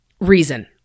reason